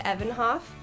Evanhoff